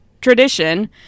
tradition